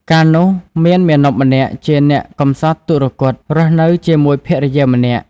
កាលនោះ មានមាណពម្នាក់ជាអ្នកកំសត់ទុគ៌ត រស់នៅជាមួយភរិយាម្នាក់។